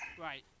Right